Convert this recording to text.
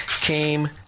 came